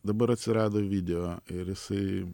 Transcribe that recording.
dabar atsirado video ir jisai